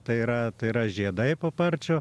tai yra tai yra žiedai paparčių